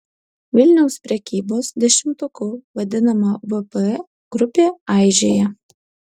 vilniaus prekybos dešimtuku vadinama vp grupė aižėja